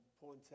points